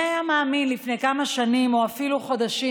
מי היה מאמין לפני כמה שנים, או אפילו חודשים,